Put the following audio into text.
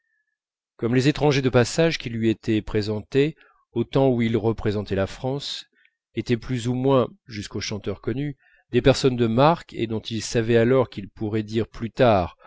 comme les étrangers de passage qui lui étaient présentés au temps où il représentait la france étaient plus ou moins jusqu'aux chanteurs connus des personnes de marque et dont il savait alors qu'il pourrait dire plus tard